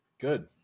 Good